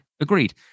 Agreed